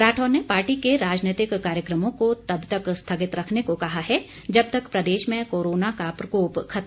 राठौर ने पार्टी के राजनीतिक कार्यक्रमों को तब तक स्थगित रखने को कहा है जब तक प्रदेश में कोरोना का प्रकोप खत्म नहीं हो जाता